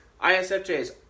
ISFJs